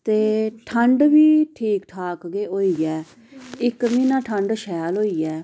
ते ठंड बी ठीक ठाक के होई ऐ इक्क म्हीना ठंड शैल होई ऐ